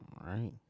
right